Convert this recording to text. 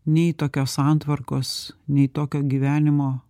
nei tokios santvarkos nei tokio gyvenimo